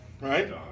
right